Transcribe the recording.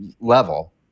level